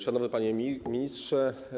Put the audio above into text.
Szanowny Panie Ministrze!